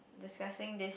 discussing this